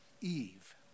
eve